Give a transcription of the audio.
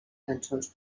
cançons